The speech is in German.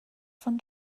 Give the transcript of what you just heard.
von